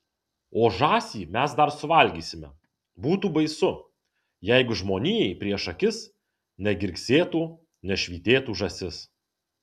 o žąsį mes dar suvalgysime būtų baisu jeigu žmonijai prieš akis negirgsėtų nešvytėtų žąsis